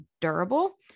durable